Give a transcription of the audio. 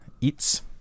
Eats